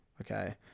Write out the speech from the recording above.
Okay